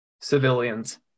civilians